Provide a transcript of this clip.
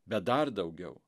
bet dar daugiau